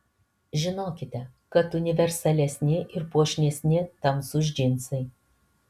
žinokite kad universalesni ir puošnesni tamsūs džinsai